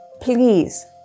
please